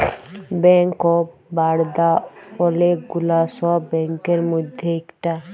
bank of Baroda ওলেক গুলা সব ব্যাংকের মধ্যে ইকটা